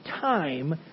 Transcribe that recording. time